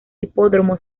hipódromo